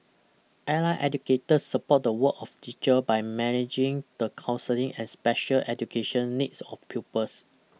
allied educators support the work of teacher by managing the counselling and special education needs of pupils